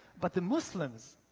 but the muslims,